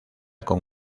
con